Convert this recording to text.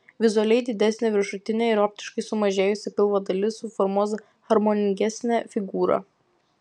vizualiai didesnė viršutinė ir optiškai sumažėjusi pilvo dalis suformuos harmoningesnę figūrą